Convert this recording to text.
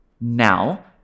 Now